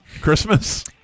Christmas